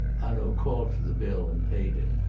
hanaud called for the bill and paid it.